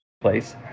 place